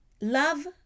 love